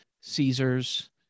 Caesars